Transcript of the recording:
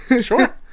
Sure